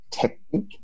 technique